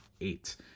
eight